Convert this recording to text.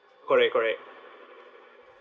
correct correct